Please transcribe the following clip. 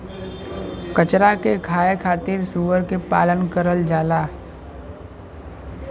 कचरा के खाए खातिर सूअर के पालन करल जाला